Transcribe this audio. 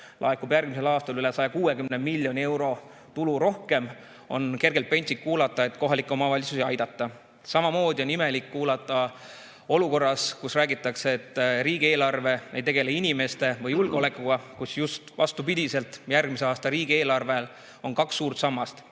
laekub järgmisel aastal üle 160 miljoni euro tulu rohkem, on kergelt pentsik kuulata, et kohalikke omavalitsusi ei aidata. Samamoodi on imelik kuulata, kui räägitakse, et riigieelarve ei tegele inimeste või julgeolekuga, kui on just vastupidi. Järgmise aasta riigieelarvel on kaks suurt sammast: